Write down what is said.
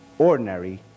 ordinary